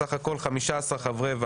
סך הכול 15 חברי ועדה.